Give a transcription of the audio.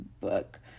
book